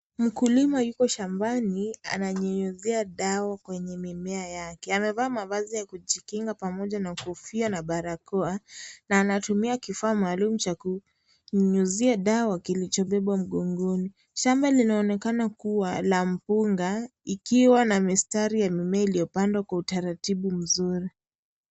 Mkulima yuko shambani, ananyunyizia dawa kwenye mimea yake, amvaa mavazi ya kujikinga pamoja na kofia, na barakoa, na anatumia kifaa maalum cha kunyunyizia dawa kilicho bebwa mgongoni, shamba linaonekana kuwa la mpunga ikiwa na mistari ya mimea iliyopandwa kwa utaratibu mzuri.